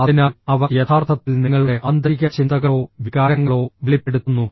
അതിനാൽ അവ യഥാർത്ഥത്തിൽ നിങ്ങളുടെ ആന്തരിക ചിന്തകളോ വികാരങ്ങളോ വെളിപ്പെടുത്തുന്നു